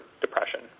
depression